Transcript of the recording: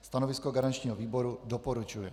Stanovisko garančního výboru: doporučuje.